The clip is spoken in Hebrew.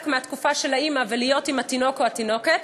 מהתקופה של האימא ולהיות עם התינוק או התינוקת.